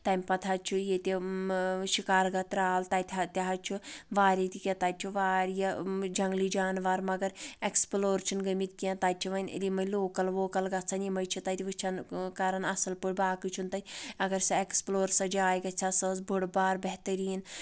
تمہِ پتہٕ حظ چھُ ییٚتہِ شِکارگتھ ترٛال تَتہِ تہِ حظ چھُ وارِیاہ تہِ کینٛہہ تَتہِ چھُ واریاہ جَنٛگلی جاناوار مگر اؠکٕسپٕلور چھِنہٕ گٔمٕتۍ کینٛہہ تَتہِ چھِ وۄنۍ یِمے لوکَل ووکَل گژھان یِمے چھِ تَتہِ وٕچَھان کَران اصل پٲٹھۍ باقٕے چھُنہٕ تتہِ اگر سۄ اؠکٕسپٕلور سۄ جاےٚ گژھِ ہا سۄ ٲس بٔڑ بار بہتریٖن